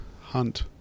hunt